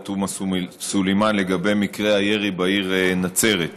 תומא סלימאן לגבי מקרי הירי בעיר נצרת.